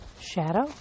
shadow